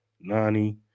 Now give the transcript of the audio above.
Nani